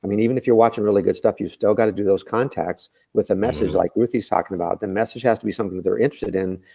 mean, even if you're watching really good stuff, you still gotta do those contacts with a message like ruthie is talking about. the message has to be something they're interested in,